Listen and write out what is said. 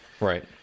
Right